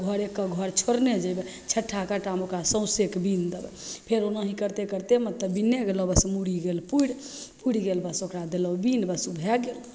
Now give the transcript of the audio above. एकक घर एकक घर छोड़ने जेबै छट्ठा काँटामे ओकरा सौँसेके बिनि देलहुँ फेर ओनाहि करिते करिते ने तब बिनने गेलहुँ बस मूड़ी गेल पुरि पुरि गेल बस ओकरा देलहुँ बिन बस भै गेल